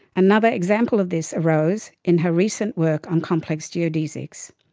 another example of this arose in her recent work on complex geodesics.